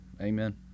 amen